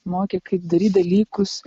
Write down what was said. mokė kaip daryt dalykus